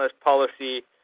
policy